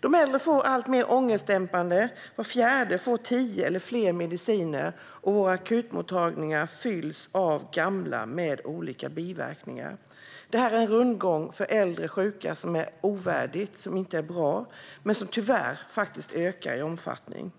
De äldre får allt mer ångestdämpande mediciner. Var fjärde får tio eller fler mediciner, och akutmottagningarna fylls av gamla med olika biverkningar. Detta är en rundgång för äldre sjuka som är ovärdig och inte bra men som tyvärr ökar i omfattning.